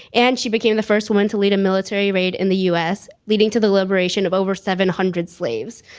and she became the first woman to lead a military raid in the us, leading to the liberation of over seven hundred slaves.